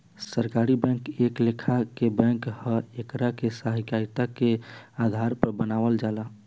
सहकारी बैंक एक लेखा के बैंक ह एकरा के सहकारिता के आधार पर बनावल जाला